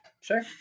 Sure